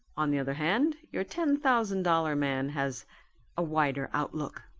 on the other hand your ten-thousand-dollar man has a wider outlook.